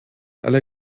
alle